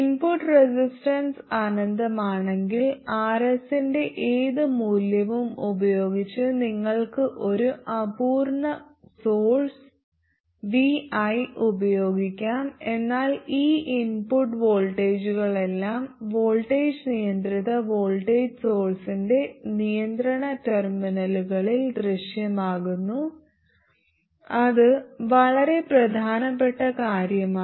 input resistance അനന്തമാണെങ്കിൽ RS ന്റെ ഏത് മൂല്യവും ഉപയോഗിച്ച് നിങ്ങൾക്ക് ഒരു അപൂർണ്ണ സോഴ്സ് vi ഉപയോഗിക്കാം എന്നാൽ ഈ ഇൻപുട്ട് വോൾട്ടേജുകളെല്ലാം വോൾട്ടേജ് നിയന്ത്രിത വോൾട്ടേജ് സോഴ്സ്ന്റെ നിയന്ത്രണ ടെർമിനലുകളിൽ ദൃശ്യമാകുന്നു അത് വളരെ പ്രധാനപ്പെട്ട കാര്യമാണ്